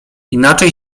inaczej